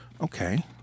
Okay